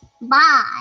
Bye